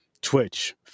Twitch